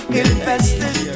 invested